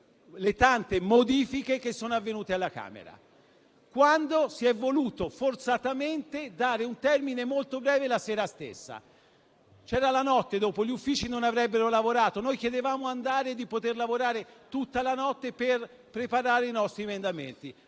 le tante modifiche intervenute alla Camera, quando si è voluto forzatamente fissare un termine molto breve la sera stessa. Dopo c'era la notte e gli uffici non avrebbero lavorato; noi chiedevamo quindi di poter lavorare tutta la notte per preparare i nostri emendamenti.